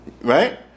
Right